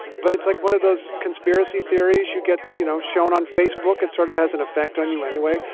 but it's like one of those conspiracy theories you get, you know, shown on facebook. it sort of has an effect on you anyway.